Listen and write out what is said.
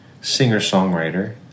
singer-songwriter